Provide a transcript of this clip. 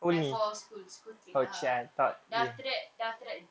but for school school trip lah then after that then after that